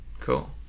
cool